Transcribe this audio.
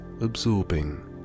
absorbing